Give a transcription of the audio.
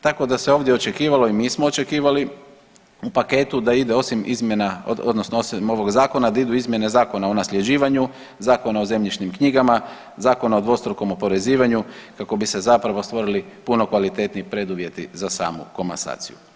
Tako da se ovdje očekivalo i mi smo očekivali u paketu da ide osim izmjena odnosno osim ovog zakona da idu izmjene Zakona o nasljeđivanju, Zakona o zemljišnim knjigama, Zakona o dvostrukom oporezivanju kako bi se zapravo stvorili puno kvalitetniji preduvjeti za samu komasaciju.